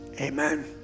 amen